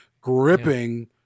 gripping